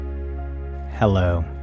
Hello